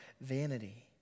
vanity